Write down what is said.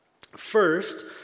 First